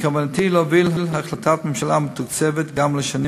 בכוונתי להוביל החלטת ממשלה מתוקצבת גם לשנים